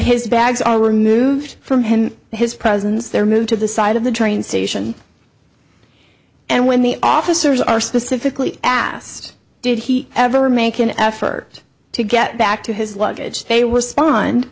his bags are removed from him his presence there moved to the side of the train station and when the officers are specifically asked did he ever make an effort to get back to his luggage they respond